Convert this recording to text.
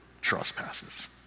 trespasses